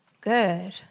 Good